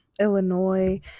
illinois